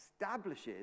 establishes